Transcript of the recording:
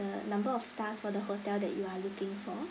the number of stars for the hotel that you are looking for